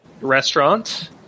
restaurant